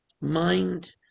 Mind